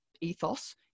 ethos